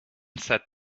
sat